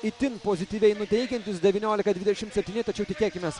itin pozityviai nuteikiantis devyniolika dvidešim septyni tačiau tikėkimės